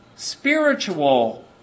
spiritual